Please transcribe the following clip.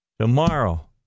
Tomorrow